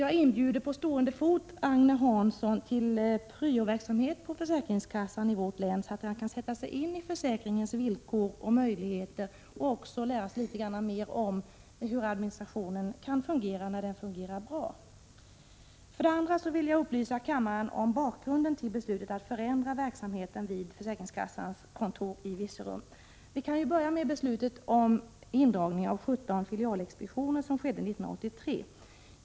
Jag inbjuder på stående fot Agne Hansson till pryoverksamhet vid försäkringskassan i vårt län, så att han kan sätta sig in i försäkringens villkor och möjligheter och också lära sig litet grand mer om hur administrationen fungerar när den fungerar bra. För det andra vill jag upplysa kammarens ledmöter om bakgrunden till beslutet att förändra verksamheten vid försäkringskassans kontor i Virserum. Vi kan börja med beslutet om indragning av 17 filialexpeditioner under 1983.